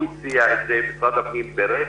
הוא הציע את זה, משרד הפנים ברך.